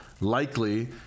likely